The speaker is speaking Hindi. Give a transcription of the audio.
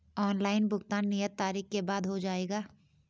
ऑनलाइन भुगतान नियत तारीख के बाद हो जाएगा?